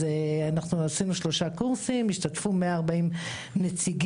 עשינו שלושה קורסים שבהם השתתפו כ-140 נציגים,